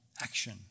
action